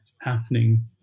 happening